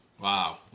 Wow